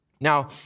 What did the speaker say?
Now